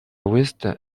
west